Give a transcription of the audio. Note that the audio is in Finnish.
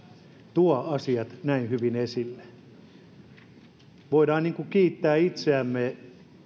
tuo asiat näin hyvin esille voimme kiittää itseämme